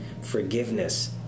forgiveness